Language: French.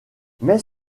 mais